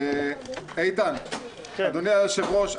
אדוני היושב-ראש,